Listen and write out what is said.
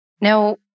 now